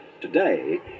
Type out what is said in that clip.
Today